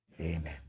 Amen